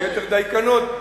ביתר דייקנות,